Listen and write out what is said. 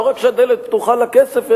לא רק שהדלת פתוחה לכסף,